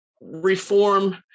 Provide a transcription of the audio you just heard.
reform